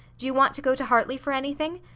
do you want to go to hartley for anything?